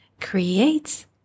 creates